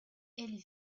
elle